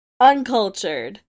Uncultured